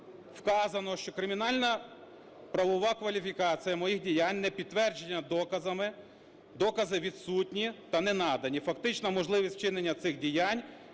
вказано, що кримінальна правова кваліфікація моїх діянь не підтверджена доказами, докази відсутні та не надані, фактично можливість вчинення цих діянь